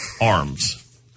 arms